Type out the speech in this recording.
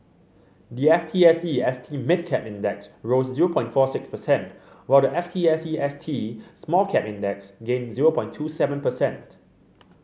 the F T S E S T Mid Cap Index rose zero point four six percent while the F T S E S T Small Cap Index gained zero point two seven percent